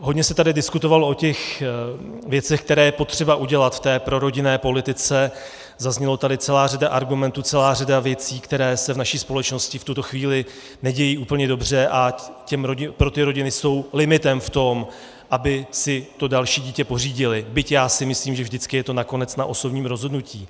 Hodně se tady diskutovalo o těch věcech, které je potřeba udělat v prorodinné politice, zazněla tady celá řada argumentů, celá řada věcí, které se v naší společnosti v tuto chvíli nedějí úplně dobře a pro ty rodiny jsou limitem v tom, aby si další dítě pořídily, byť já si myslím, že vždycky je to nakonec na osobním rozhodnutí.